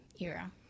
era